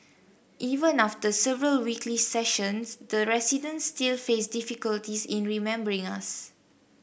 even after several weekly sessions the residents still faced difficulties in remembering us